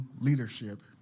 leadership